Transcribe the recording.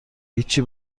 هیچی